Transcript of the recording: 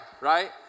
Right